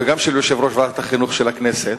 וגם של יושב-ראש ועדת החינוך של הכנסת,